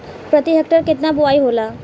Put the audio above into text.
प्रति हेक्टेयर केतना बुआई होला?